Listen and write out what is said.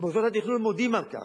ומוסדות התכנון מודים בכך,